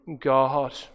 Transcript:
God